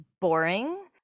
boring